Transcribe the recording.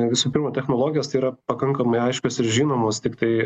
visų pirma technologijos tai yra pakankamai aiškios ir žinomos tiktai